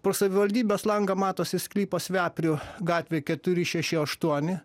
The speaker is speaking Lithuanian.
pro savivaldybės langą matosi sklypas veprių gatvė keturi šeši aštuoni